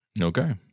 Okay